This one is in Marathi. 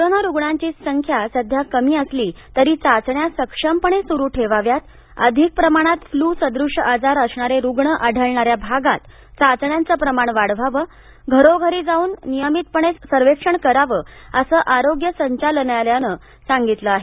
कोरोना रुग्णांची संख्या सध्या कमी असली तरी चाचण्या सक्षमपणे सुरू ठेवाव्यात अधिक प्रमाणात फ्लू सदृश्य आजार असणारे रुग्ण आढळणाऱ्या भागात चाचण्यांचं प्रमाण वाढवावं घरोघरी जाऊन नियमित सर्वेक्षण करावं असं आरोग्य संचालना लयानं सांगितलं आहे